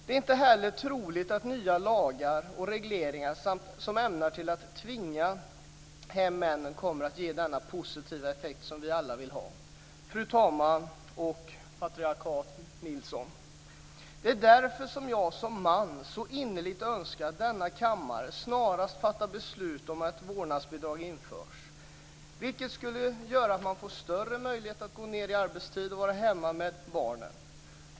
Det är inte heller troligt att nya lagar och regleringar som ämnar tvinga hem männen kommer att ge den positiva effekt som vi alla vill ha. Fru talman! Patriark Nilsson! Det är därför som jag som man så innerligt önskar att denna kammare snarast fattar beslut om att ett vårdnadsbidrag införs, vilket skulle göra att man får större möjligheter att gå ned i arbetstid och vara hemma med barnen.